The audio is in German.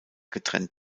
getrennt